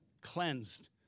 cleansed